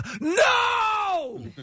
No